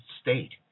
state